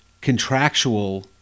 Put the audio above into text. contractual